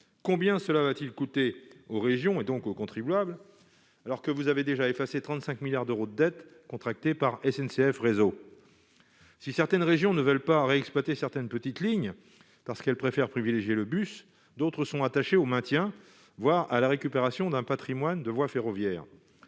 combien cela va-t-il coûter aux régions et donc aux contribuables, alors que vous avez déjà effacé 35 milliards d'euros de dettes contractées par SNCF réseau si certaines régions ne veulent pas ré-exploiter certaines petites lignes parce qu'elle préfère privilégier le bus, d'autres sont attachés au maintien, voire à la récupération d'un Patrimoine de voies ferroviaires